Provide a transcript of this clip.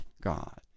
God